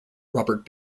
robert